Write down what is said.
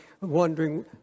wondering